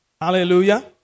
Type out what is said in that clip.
Hallelujah